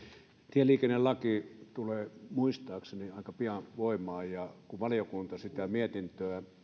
tieliikennelaki tulee muistaakseni aika pian voimaan kun valiokunta sitä mietintöä